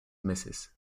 mrs